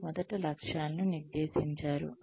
మీరు మొదట లక్ష్యాలను నిర్దేశించారు